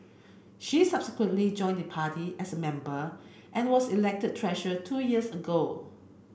she subsequently joined the party as a member and was elected treasurer two years ago